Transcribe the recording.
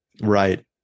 right